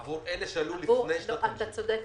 עבור אלה שעלו לפני שנת 1953. אתה צודק.